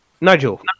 Nigel